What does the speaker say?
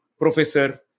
Professor